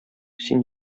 син